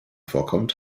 vorkommt